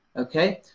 ok.